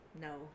No